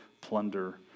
plunder